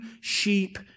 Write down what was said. sheep